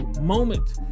moment